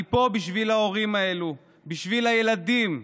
אני פה בשביל ההורים האלו, בשביל הילדים,